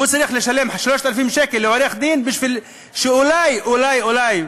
הוא צריך לשלם 3,000 שקל לעורך-דין כדי שאולי אולי אולי,